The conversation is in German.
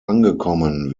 angekommen